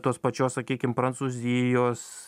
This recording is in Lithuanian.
tos pačios sakykim prancūzijos